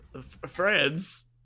Friends